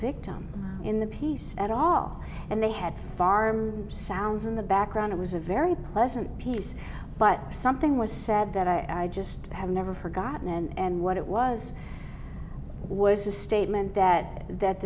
victim in the piece at all and they had far more sounds in the background it was a very pleasant piece but something was said that i just have never forgotten and what it was was a statement that that